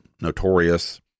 notorious